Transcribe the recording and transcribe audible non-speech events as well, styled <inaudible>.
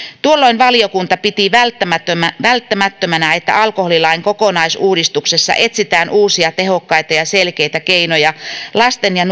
tuolloin valiokunta piti välttämättömänä välttämättömänä että alkoholilain kokonaisuudistuksessa etsitään uusia tehokkaita ja selkeitä keinoja lapset ja <unintelligible>